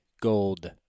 gold